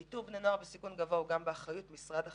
איתור בני נוער בסיכון גבוה הוא גם באחריות משרד החינוך,